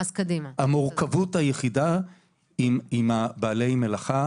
המורכבות היחידה היא עם בעלי המלאכה,